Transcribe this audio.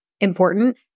important